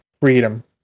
freedom